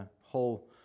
whole